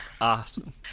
awesome